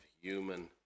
human